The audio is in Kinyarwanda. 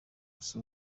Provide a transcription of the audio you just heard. gusa